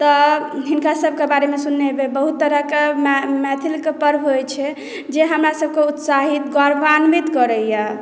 तऽ हिनकासभके बारेमे सुनने हेबै बहुत तरहक मैथिलके पर्व होइत छै जे हमरा सभके उत्साहित गौरवान्वित करैए